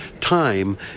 time